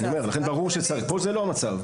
פה זה לא המצב.